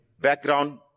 background